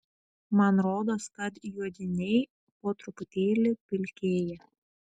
man rodos kad juodiniai po truputėlį pilkėja